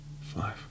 five